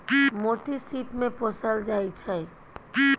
मोती सिप मे पोसल जाइ छै